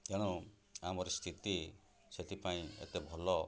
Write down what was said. ତେଣୁ ଆମର ସ୍ଥିତି ସେଥିପାଇଁ ଏତେ ଭଲ